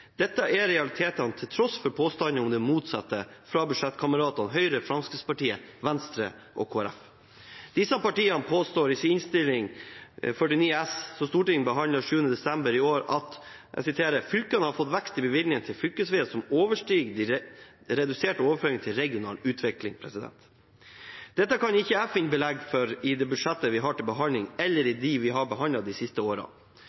Dette er realiteten, til tross for påstandene om det motsatte fra budsjettkameratene Høyre, Fremskrittspartiet, Venstre og Kristelig Folkeparti. Disse partiene påstår i Innst. 49 S for 2017–2018, som Stortinget behandlet 7. desember i år, at «fylkene har fått vekst i bevilgninger til fylkesveier som overstiger reduserte overføringer til regional utvikling». Dette kan ikke jeg finne belegg for i det budsjettet vi har til behandling, eller i